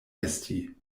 esti